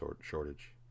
shortage